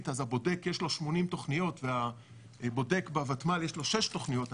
לבודק יש 80 תוכניות ולבודק בוותמ"ל יש שש תוכניות,